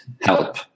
help